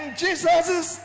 jesus